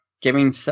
giving